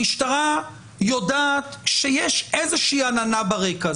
המשטרה יודעת שיש איזושהי עננה ברקע.